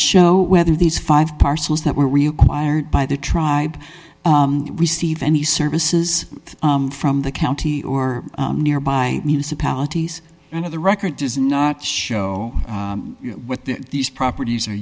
show whether these five parcels that were reacquired by the tribe received any services from the county or nearby municipalities and of the record does not show what the these properties are